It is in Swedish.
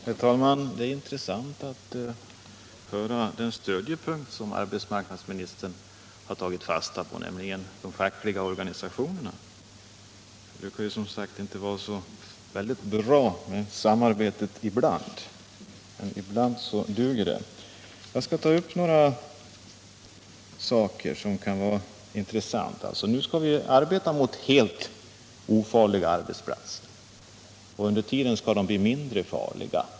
Herr talman! Det är intressant med den stödjepunkt som arbetsmarknadsministern har tagit fasta på, nämligen de fackliga organisationerna. Det är inte så bra med samarbete ibland, men ibland duger det. Nu skall vi alltså sikta till helt ofarliga arbetsplatser, och under tiden skall de bli mindre farliga.